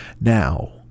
Now